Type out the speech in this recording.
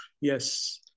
yes